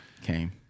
came